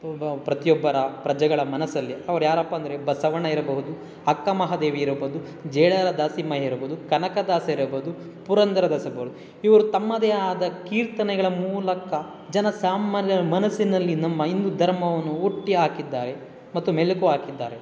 ಪ್ರತಿಯೊಬ್ಬರ ಪ್ರಜೆಗಳ ಮನಸ್ಸಲ್ಲಿ ಅವರು ಯಾರಪ್ಪ ಅಂದರೆ ಬಸವಣ್ಣ ಇರಬಹುದು ಅಕ್ಕಮಹಾದೇವಿ ಇರಬೋದು ಜೇಡರ ದಾಸಿಮಯ್ಯ ಇರ್ಬೋದು ಕನಕದಾಸ ಇರಬೋದು ಪುರಂದರ ದಾಸ ಇರ್ಬೋದು ಇವ್ರು ತಮ್ಮದೇ ಆದ ಕೀರ್ತನೆಗಳ ಮೂಲಕ ಜನ ಸಾಮಾನ್ಯರ ಮನಸ್ಸಿನಲ್ಲಿ ನಮ್ಮ ಹಿಂದೂ ಧರ್ಮವನ್ನು ಹುಟ್ಟಿ ಹಾಕಿದ್ದಾರೆ ಮತ್ತು ಮೆಲುಕು ಹಾಕಿದ್ದಾರೆ